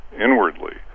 inwardly